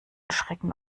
schrecken